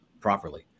properly